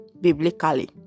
biblically